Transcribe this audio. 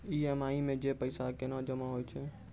EMI मे जे पैसा केना जमा होय छै?